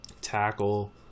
Tackle